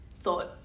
thought